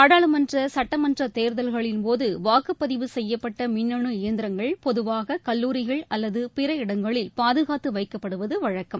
நாடாளுமன்ற சுட்டமன்ற தேர்தல்களின்போது வாக்குப்பதிவு செய்யப்பட்ட மின்னணு இயந்திரங்கள் பொதுவாக கல்லூரிகள் அல்லது பிற இடங்களில் பாதுகாத்து வைக்கப்படுவது வழக்கம்